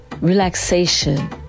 relaxation